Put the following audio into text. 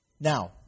Now